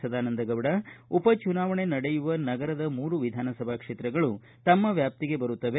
ಸದಾನಂದಗೌಡ ಉಪ ಚುನಾವಣೆ ನಡೆಯುವ ನಗರದ ಮೂರು ವಿಧಾನಸಭಾ ಕ್ಷೇತ್ರಗಳು ತಮ್ಮ ವ್ಯಾಪ್ತಿಗೆ ಬರುತ್ತವೆ